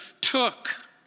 took